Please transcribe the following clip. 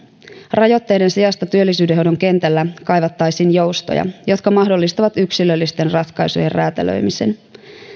rajoitteiden sijasta työllisyyden hoidon kentällä kaivattaisiin joustoja jotka mahdollistavat yksilöllisten ratkaisujen räätälöimisen